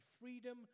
freedom